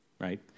right